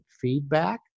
feedback